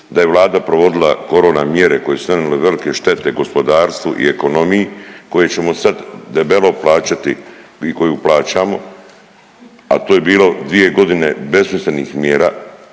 da je Vlada provodila korona mjere koje su nanijele velike štete gospodarstvu i ekonomiji koje ćemo sad debelo plaćati i koju plaćamo, a to je bilo dvije godine besmislenih mjera,